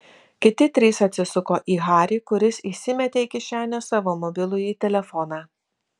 kiti trys atsisuko į harį kuris įsimetė į kišenę savo mobilųjį telefoną